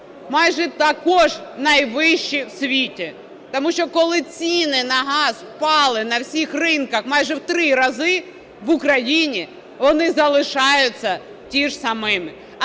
майже найвищі в світі. Тому що коли ціни на газ впали на всіх ринках майже в 3 рази, в Україні вони залишаються тими ж самими,